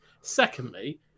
Secondly